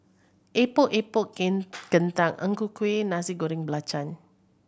Epok Epok kentang Ang Ku Kueh Nasi Goreng Belacan